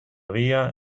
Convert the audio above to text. día